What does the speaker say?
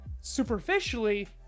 Superficially